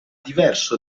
diverso